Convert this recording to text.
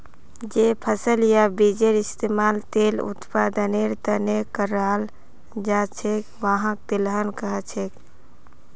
जे फसल या बीजेर इस्तमाल तेल उत्पादनेर त न कराल जा छेक वहाक तिलहन कह छेक